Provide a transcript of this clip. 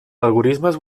algorismes